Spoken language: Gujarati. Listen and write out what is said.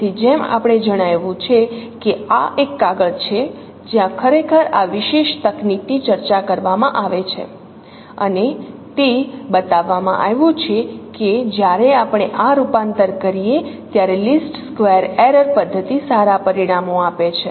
તેથી જેમ આપણે જણાવ્યું છે કે આ એક કાગળ છે જ્યાં ખરેખર આ વિશેષ તકનીકની ચર્ચા કરવામાં આવે છે અને તે બતાવવામાં આવ્યું છે કે જ્યારે આપણે આ રૂપાંતર કરીએ ત્યારે લિસ્ટ સ્ક્વેર એરર પદ્ધતિ સારા પરિણામો આપે છે